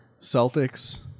Celtics